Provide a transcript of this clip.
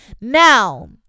Now